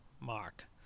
Mark